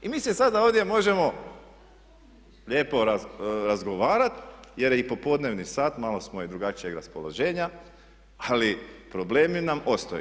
I mi se sada ovdje možemo lijepo razgovarati jer je i popodnevni sat, malo smo i drugačijeg raspoloženja ali problemi nam ostaju.